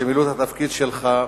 שמילאו את התפקיד שלך,